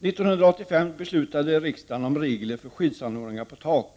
1985 beslutade riksdagen om regler för skyddsanordningar på tak.